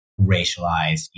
racialized